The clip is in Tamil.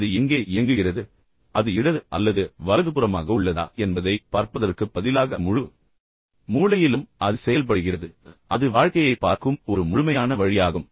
அது எங்கே இயங்குகிறது அது இடது அல்லது வலதுபுறமாக உள்ளதா என்பதை பார்ப்பதற்குப் பதிலாக முழு மூளையிலும் அது செயல்படுகிறது அது வாழ்க்கையை பார்க்கும் ஒரு முழுமையான வழியாகும்